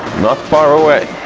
not far away!